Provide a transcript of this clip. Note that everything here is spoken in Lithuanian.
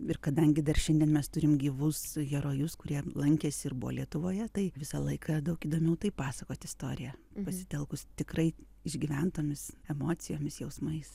ir kadangi dar šiandien mes turim gyvus herojus kurie lankėsi ir buvo lietuvoje tai visą laiką daug įdomiau taip pasakot istoriją pasitelkus tikrai išgyventomis emocijomis jausmais